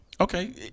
Okay